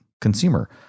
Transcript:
consumer